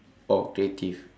oh creative